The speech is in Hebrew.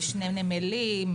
שני נמלים,